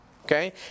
Okay